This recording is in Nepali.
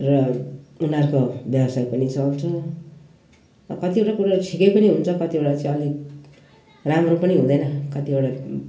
र उनीहरूको व्यवसाय पनि चल्छ अब कतिवटा कुराहरू ठिकै पनि हुन्छ कतिवटा चाहिँ अलिक राम्रो पनि हुँदैन कतिवटा